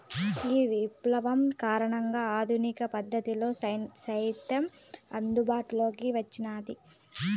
ఈ విప్లవం కారణంగా ఆధునిక పద్ధతిలో సేద్యం అందుబాటులోకి వచ్చినాది